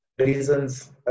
reasons